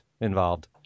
involved